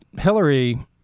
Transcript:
Hillary